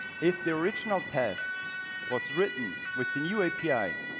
if the original test was written with the new api,